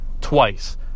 twice